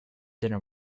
dinner